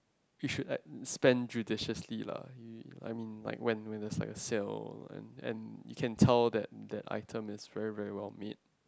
you should like spend judiciously lah you I mean when when there's like a sale and and you can tell that that item is very very well made